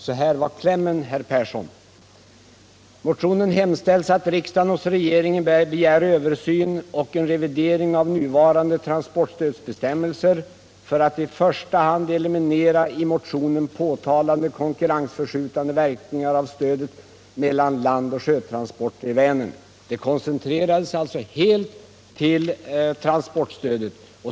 Så här var klämmen, herr Persson, i motionen 1975:582 av herr Persson i Karlstad m.fl. : ”att riksdagen hos regeringen begär en översyn och en revidering av nuvarande transportstödsbestämmelser, för att i första hand eliminera de i motionen påtalade konkurrensförskjutande verkningar stödet medför mellan landoch sjötransporter i Vänerområdet”. Motionen koncentrerades alltså till transportstödet.